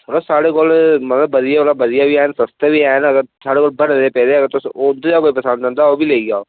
साढ़े कोल मतलब बधिया कोला बधिया बी ऐ न सस्ते बी ऐ न बने दे पेदे ते उं'दे चा कोई पसंद आंदा होग ओह् बी लेई आओ